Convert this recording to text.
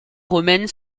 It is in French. romaine